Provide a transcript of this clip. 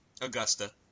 Augusta